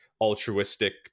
altruistic